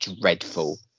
dreadful